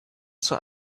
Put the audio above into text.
zur